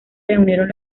reunieron